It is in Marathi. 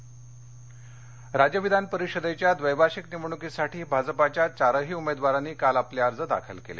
विधानपरिषद राज्य विधानपरिषदेच्या द्वैवार्षिक निवडणुकीसाठी भाजपच्या चारही उमेदवारांनी काल आपले अर्ज दाखल केले